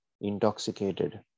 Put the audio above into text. intoxicated